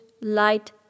light